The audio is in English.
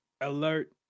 alert